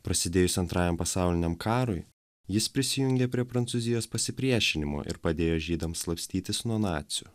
prasidėjus antrajam pasauliniam karui jis prisijungė prie prancūzijos pasipriešinimo ir padėjo žydams slapstytis nuo nacių